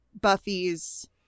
Buffy's